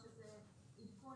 היועץ המשפטי של הוועדה, בבקשה.